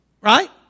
right